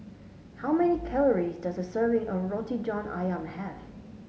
how many calories does a serving of Roti John ayam have